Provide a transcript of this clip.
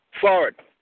Forward